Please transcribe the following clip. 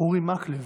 אורי מקלב,